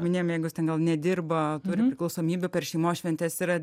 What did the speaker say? minėjome jeigu jis ten gal nedirba turi priklausomybių per šeimos šventes yra